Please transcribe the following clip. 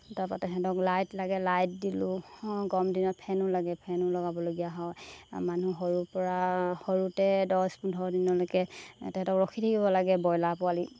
তাৰপৰা তাহাঁতক লাইট লাগে লাইট দিলোঁ গৰম দিনত ফেনো লাগে ফেনো লগাবলগীয়া হয় মানুহ সৰুৰ পৰা সৰুতে দছ পোন্ধৰ দিনলৈকে তাহাঁতক ৰখি থাকিব লাগে ব্ৰইলাৰ পোৱালি